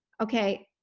okay.